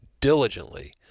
diligently